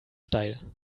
steil